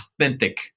authentic